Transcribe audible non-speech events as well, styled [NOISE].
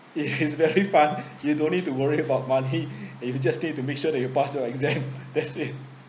it is [LAUGHS] very fun you don't need to worry about money you just need to make sure that you pass your exam that's it